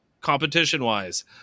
competition-wise